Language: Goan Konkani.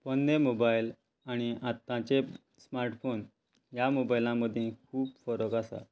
पोरने मोबायल आनी आतांचे स्मार्ट फोन ह्या मोबायलां मदीं खूब फरक आसा